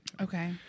Okay